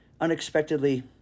unexpectedly